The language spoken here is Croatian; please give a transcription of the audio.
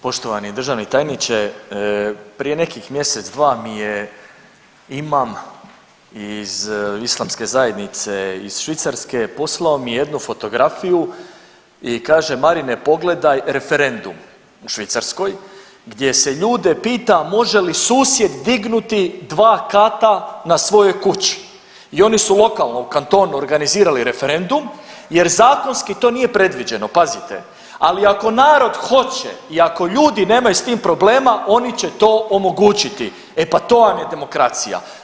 Poštovani državni tajniče, prije nekih mjesec, dva mi je imam iz istamske zajednice iz Švicarske, poslao mi je jednu fotografiju i kaže, Marine, pogledaj referendum u Švicarskoj gdje se ljude pita može li susjed dignuti dva kata na svojoj kući i oni su lokalno u kantonu organizirali referendum jer zakonski to nije predviđeno, pazite, ali ako narod hoće i ako ljudi nemaju s tim problema oni će to omogućiti, e pa to vam je demokracija.